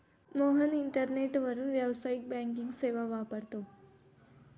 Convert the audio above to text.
मोहन इंटरनेटवरून व्यावसायिक बँकिंग सेवा वापरतो